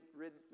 rid